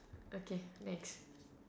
okay next